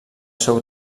seu